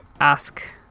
ask